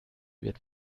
wird